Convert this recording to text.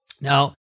Now